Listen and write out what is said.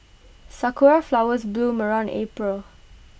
Sakura Flowers bloom around April